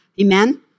Amen